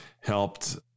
helped